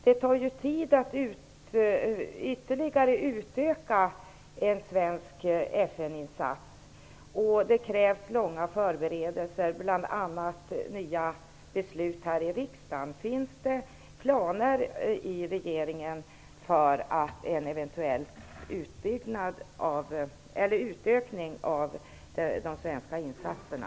Det tar ju tid att ytterligare utöka en svensk FN-insats, och det krävs långa förberedelser, bl.a. nya beslut här i riksdagen. Finns det planer i regeringen på en eventuell utökning av de svenska insatserna?